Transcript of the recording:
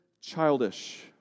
childish